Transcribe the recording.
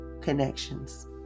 connections